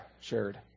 shared